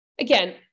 again